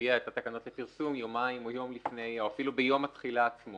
הביאה את התקנות לפרסום יום לפני ואפילו ביום התחילה עצמו